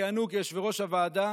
שכיהנו כיושבי-ראש הוועדה